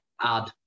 add